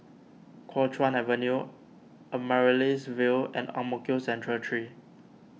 Kuo Chuan Avenue Amaryllis Ville and Ang Mo Kio Central three